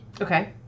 Okay